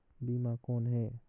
बीमा कौन है?